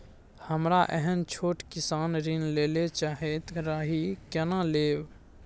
हमरा एहन छोट किसान ऋण लैले चाहैत रहि केना लेब?